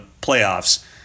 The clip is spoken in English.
playoffs